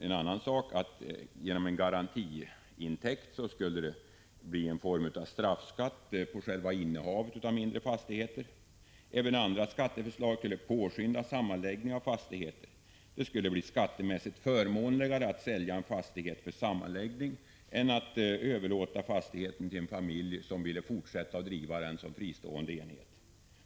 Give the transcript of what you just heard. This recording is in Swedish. Och genom införandet av en garantiintäkt skulle själva innehavet av mindre fastigheter beläggas med en straffskatt. Även andra skatteförslag skulle påskynda sammanläggningen av fastigheter. Det skulle bli skattemässigt förmånligare att sälja en fastighet för sammanläggning än att överlåta fastigheten till en familj som vill fortsätta att driva den som fristående enhet.